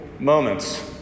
moments